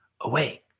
away